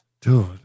dude